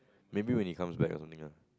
maybe when he comes back or something lah